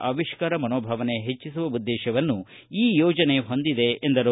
ಅವಿಷ್ಕಾರ ಮನೋಭಾವನೆ ಹೆಚ್ಚಿಸುವ ಉದ್ದೇಶವನ್ನು ಈ ಯೋಜನೆ ಹೊಂದಿದೆ ಎಂದರು